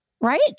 right